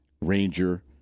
Ranger